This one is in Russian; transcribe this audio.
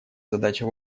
задача